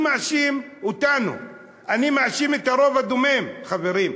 אני מאשים אותנו, אני מאשים את הרוב הדומם, חברים.